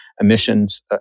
emissions